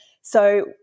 So-